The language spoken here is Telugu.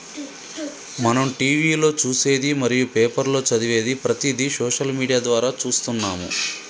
మనం టీవీలో చూసేది మరియు పేపర్లో చదివేది ప్రతిదీ సోషల్ మీడియా ద్వారా చూస్తున్నాము